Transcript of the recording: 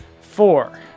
Four